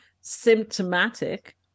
symptomatic